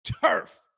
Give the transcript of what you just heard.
turf